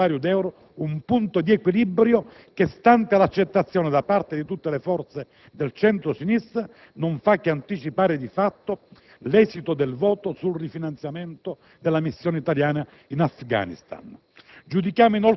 sembra a noi dei Popolari-Udeur un punto di equilibrio che, stante l'accettazione da parte di tutte le forze del centro-sinistra, non fa che anticipare di fatto l'esito del voto sul rifinanziamento della missione italiana in Afghanistan.